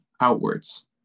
outwards